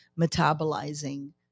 metabolizing